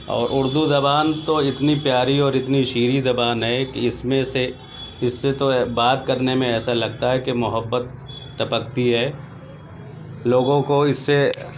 اور اردو زبان تو اتنی پیاری اور اتنی شیریں زبان ہے کہ اس میں سے اس سے تو بات کرنے میں ایسا لگتا ہے کہ محبت ٹپکتی ہے لوگوں کو اس سے